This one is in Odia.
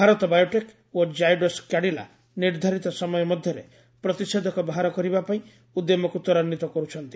ଭାରତ ବାୟୋଟେକ୍ ଓ ଜାୟଡସ୍ କ୍ୟାଡିଲା ନିର୍ଦ୍ଧାରିତ ସମୟ ମଧ୍ୟରେ ପ୍ରତିଶେଧକ ବାହାର କରିବା ପାଇଁ ଉଦ୍ୟମକୁ ତ୍ୱରାନ୍ଧିତ କରୁଛନ୍ତି